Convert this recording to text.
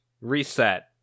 reset